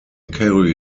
carry